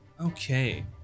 Okay